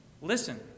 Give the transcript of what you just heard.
Listen